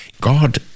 God